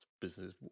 business